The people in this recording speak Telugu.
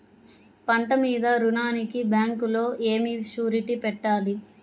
పంట మీద రుణానికి బ్యాంకులో ఏమి షూరిటీ పెట్టాలి?